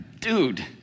dude